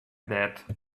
that